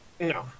No